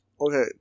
Okay